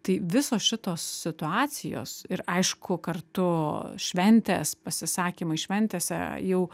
tai visos šitos situacijos ir aišku kartu šventės pasisakymai šventėse jau